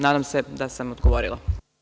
Nadam se da sam odgovorila.